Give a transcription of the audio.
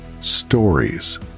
stories